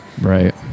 Right